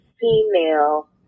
female